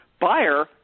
buyer